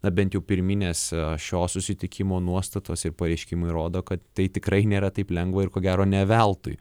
na bent jau pirminės šio susitikimo nuostatos ir pareiškimai rodo kad tai tikrai nėra taip lengva ir ko gero ne veltui